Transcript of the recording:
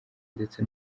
ndetse